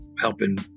helping